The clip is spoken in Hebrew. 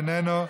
איננו,